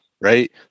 right